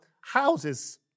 houses